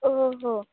ओ हो